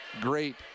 great